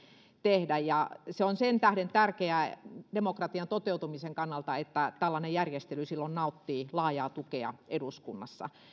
tehdä se on sen tähden tärkeää demokratian toteutumisen kannalta että tällainen järjestely silloin nauttii laajaa tukea eduskunnassa